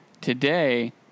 Today